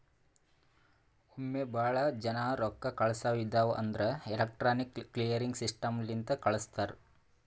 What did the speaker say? ಒಮ್ಮೆ ಭಾಳ ಜನಾ ರೊಕ್ಕಾ ಕಳ್ಸವ್ ಇದ್ಧಿವ್ ಅಂದುರ್ ಎಲೆಕ್ಟ್ರಾನಿಕ್ ಕ್ಲಿಯರಿಂಗ್ ಸಿಸ್ಟಮ್ ಲಿಂತೆ ಕಳುಸ್ತಾರ್